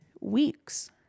weeks